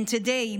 and today,